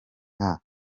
nka